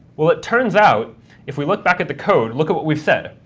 well, it turns out if we look back at the code, look at what we've said,